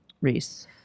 Reese